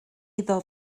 iddo